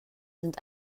sind